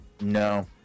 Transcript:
No